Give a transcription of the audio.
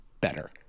better